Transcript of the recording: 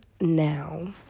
now